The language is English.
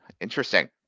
Interesting